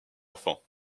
enfant